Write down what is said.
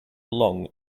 long